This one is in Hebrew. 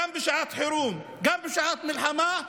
גם בשעת חירום וגם בשעת מלחמה,